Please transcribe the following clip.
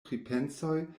pripensoj